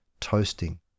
toasting